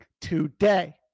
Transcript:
today